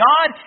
God